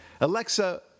Alexa